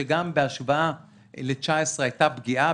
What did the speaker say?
גם בהשוואה ל-2019 הייתה פגיעה,